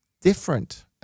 different